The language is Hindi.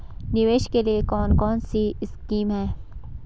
निवेश के लिए कौन कौनसी स्कीम हैं?